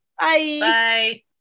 Bye